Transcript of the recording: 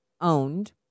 owned